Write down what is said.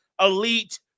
elite